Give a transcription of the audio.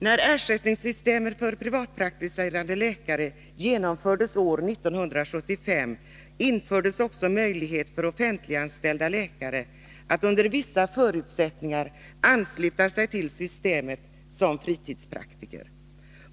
När systemet med ersättning till privatpraktiserande läkare genomfördes år 1975 infördes också möjlighet för offentliganställda läkare att under vissa förutsättningar ansluta sig till systemet som fritidspraktiker.